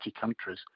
countries